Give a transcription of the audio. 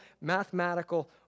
mathematical